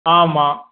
ஆமாம்